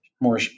more